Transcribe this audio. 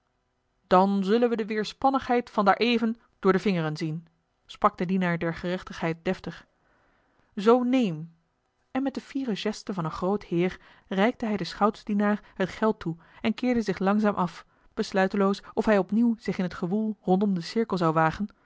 dan zullen we de weêrspannigheid van daareven door de vingeren zien sprak de dienaar der gerechtigheid deftig zoo neem en met de fiere geste van een groot heer reikte hij den schoutsdienaar het geld toe en keerde zich langzaam af besluiteloos of hij opnieuw zich in t gewoel rondom den cirkel zou wagen